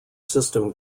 system